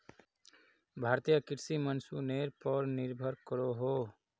भारतीय कृषि मोंसूनेर पोर निर्भर करोहो